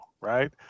right